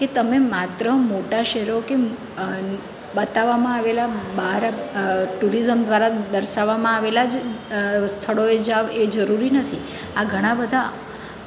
કે તમે માત્ર મોટા શહેરો કે બતાવવામાં આવેલાં ટૂરિઝ્મ દ્વારા દર્શાવવામાં આવેલાં સ્થળોએ જ જાઓ એ જરૂરી નથી આ ઘણા બધા